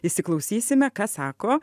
įsiklausysime ką sako